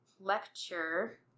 lecture